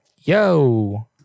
Yo